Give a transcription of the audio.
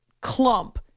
clump